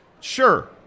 sure